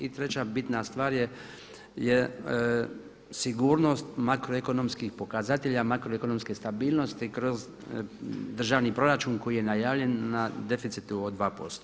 I treća bitna stvar je sigurnost makroekonomskih pokazatelja, makroekonomske stabilnosti kroz državni proračun koji je najavljen na deficitu od 2%